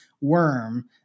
worm